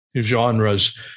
genres